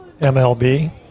MLB